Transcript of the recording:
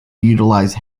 utilize